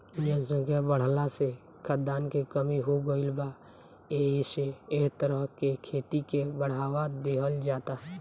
जनसंख्या बाढ़ला से खाद्यान के कमी हो गईल बा एसे एह तरह के खेती के बढ़ावा देहल जाता